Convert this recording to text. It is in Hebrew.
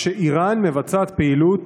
ראשית, אני מאשר שאיראן מבצעת פעילות